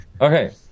okay